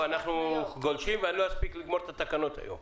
אנחנו גולשים ואני לא אספיק לגמור את התקנות היום.